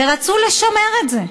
ורצו לשמר את זה.